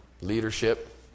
leadership